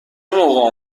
موقع